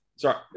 sorry